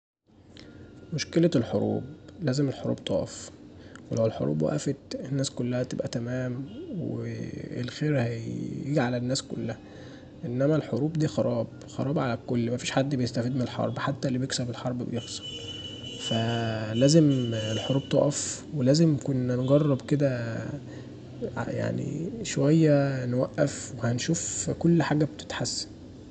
مشكلة الحروب، لازم الحروب تقف، ولو الحروب وقفت الناس كلها هتبقي تمام والخير هيجي علي الناس كلها، لنما الحروب دي خراب، خراب علي الكل محدش بيستفيد من الحرب حتي اللي بيكسب الحرب بيخسر، فلازم الحروب تقف ولازم كنا نجرب كدا يعني شويه نوقف وهنشوف كل حاجه بتتحسن.